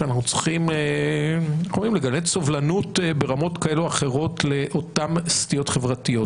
שאנחנו צריכים לגלות סובלנות ברמות כאלו או אחרות לאותן סטיות חברתיות.